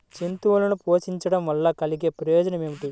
జంతువులను పోషించడం వల్ల కలిగే ప్రయోజనం ఏమిటీ?